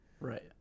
Right